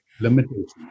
limitations